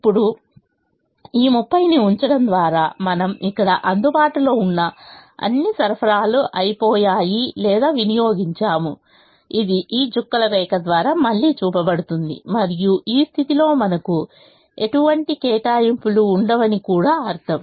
ఇప్పుడు ఈ 30 ని ఉంచడం ద్వారా మనము ఇక్కడ అందుబాటులో ఉన్న అన్ని సరఫరాలు అయిపోయాము లేదా వినియోగించాము ఇది ఈ చుక్కల రేఖ ద్వారా మళ్ళీ చూపబడుతుంది మరియు ఈ స్థితిలో మనకు ఎటువంటి కేటాయింపులు ఉండవని కూడా అర్థం